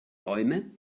bäume